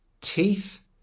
teeth